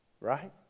right